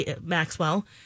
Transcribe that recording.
Maxwell